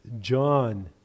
John